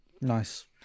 Nice